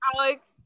Alex